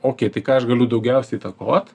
o tai ką aš galiu daugiausia įtakot